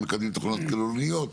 הם מקדמים תוכניות כוללניות.